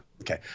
Okay